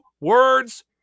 words